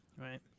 right